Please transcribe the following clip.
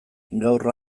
gaur